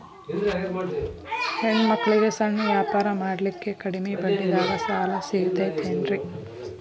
ಹೆಣ್ಣ ಮಕ್ಕಳಿಗೆ ಸಣ್ಣ ವ್ಯಾಪಾರ ಮಾಡ್ಲಿಕ್ಕೆ ಕಡಿಮಿ ಬಡ್ಡಿದಾಗ ಸಾಲ ಸಿಗತೈತೇನ್ರಿ?